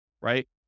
right